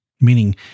Meaning